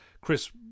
Chris